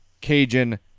Cajun